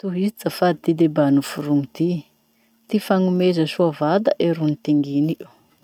Tohizo zafady ty debat noforny ty: ty fagnomeza soa vatany ro notinginy o.